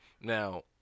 Now